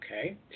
Okay